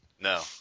No